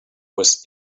was